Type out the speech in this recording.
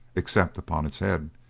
except upon its head.